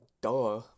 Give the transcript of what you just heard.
duh